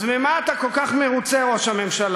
אז ממה אתה כל כך מרוצה, ראש הממשלה?